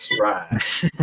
Right